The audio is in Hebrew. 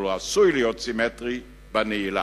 הוא עשוי להיות סימטרי בנעילה,